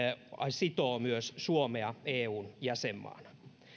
sitoo myös suomea eun jäsenmaana